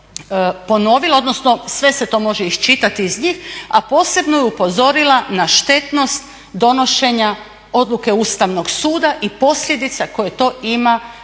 odnosno sve se to može iščitati iz njih, a posebno je upozorila na štetnost donošenja odluke Ustavnog suda i posljedica koje to ima